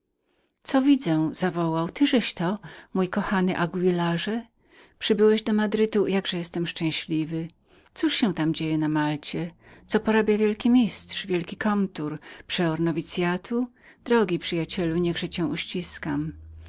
co widzę zawołał tyżeś to mój kochany anguilarze przybyłeś do madrytu jakże jestem szczęśliwy cóż się tam dzieje w malcie co porabia wielki mistrz wielki komtur przeor nowicyatu drogi przyjacielu niechże cię uściskam